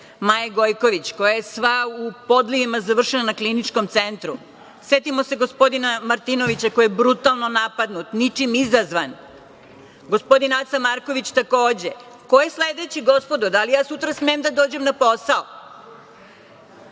Maje Gojković, koja je sva u podlivima završila na Kliničkom centru, setimo se gospodina Martinovića koji je brutalno napadnut, ničim izazvan, gospodin Aca Marković takođe. Ko je sledeći, gospodo? Da li ja sutra smem da dođem na posao?